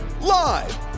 Live